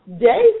day